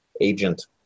agent